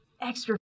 extra